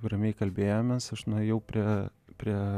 ramiai kalbėjomės aš nuėjau prie prie